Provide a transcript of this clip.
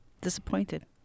disappointed